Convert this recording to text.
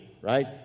right